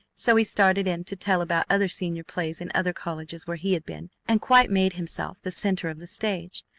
so he started in to tell about other senior plays in other colleges where he had been and quite made himself the centre of the stage,